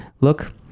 look